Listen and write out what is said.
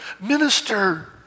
Minister